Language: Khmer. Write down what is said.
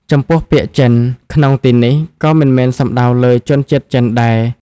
ចំពោះ ពាក្យ "ចិន" ក្នុងទីនេះក៏មិនមែនសំដៅចំលើជនជាតិចិនដែរ។